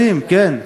רוצחי ילדים, כן.